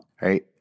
right